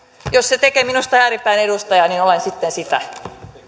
jos se tekee minusta ääripään edustajan niin olen sitten sitä